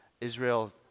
Israel